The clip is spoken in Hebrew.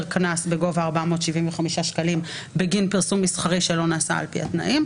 קנס בגובה של 475 ש"ח בגין פרסום מסחרי שלא נעשה על פי התנאים.